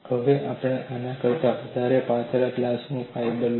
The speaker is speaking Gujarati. હવે તમે આના કરતાં પાતળા ગ્લાસનું ફાઇબર લો